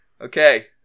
Okay